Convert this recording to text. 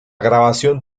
grabación